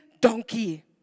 donkey